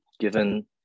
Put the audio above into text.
given